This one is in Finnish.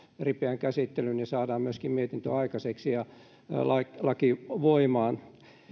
ripeän käsittelyn ja saadaan mietintö aikaiseksi ja laki voimaan